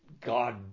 God